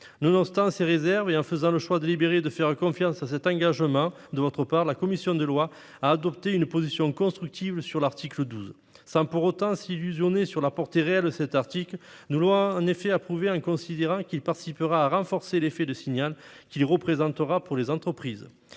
Nonobstant ces réserves et du fait de notre choix délibéré de faire confiance à cet engagement du Gouvernement, la commission des lois a adopté une position constructive sur l'article 12. Sans pour autant nous illusionner sur la portée réelle de cet article, nous l'avons en effet approuvé, en considérant qu'il participera à renforcer l'effet de signal qu'il a pour les entreprises.